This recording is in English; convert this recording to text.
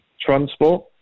Transport